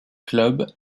clubs